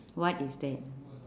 what is that